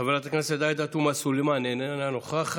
חברת הכנסת עאידה תומא סלימאן, איננה נוכחת.